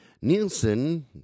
Nielsen